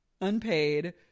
Unpaid